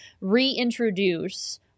reintroduce